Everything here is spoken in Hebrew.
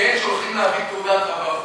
שהם שולחים להביא תעודת רווקות.